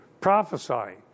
prophesying